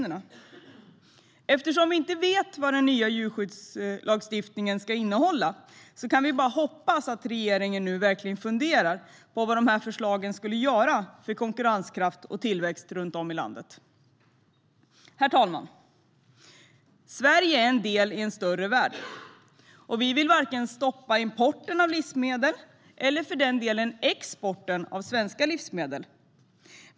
Eftersom vi inte vet vad den nya djurskyddslagstiftningen kommer att innehålla kan vi bara hoppas att regeringen verkligen funderar på vad dessa förslag skulle göra för konkurrenskraft och tillväxt runt om i landet. Herr talman! Sverige är en del i en större värld, och vi vill varken stoppa importen av livsmedel eller för den delen exporten av svenska livsmedel.